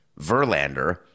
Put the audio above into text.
Verlander